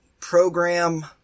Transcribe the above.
program